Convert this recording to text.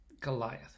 Goliath